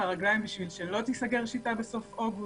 הרגליים בשביל שלא תיסגר "שיטה" בסוף אוגוסט?